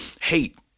hate